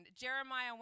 Jeremiah